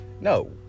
No